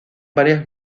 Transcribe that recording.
varias